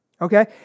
okay